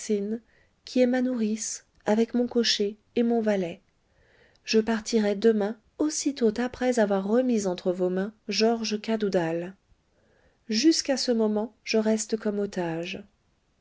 qui est ma nourrice avec mon cocher et mon valet je partirai demain aussitôt après avoir remis entre vos mains georges cadoudal jusqu'à ce moment je reste comme otage